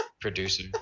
producer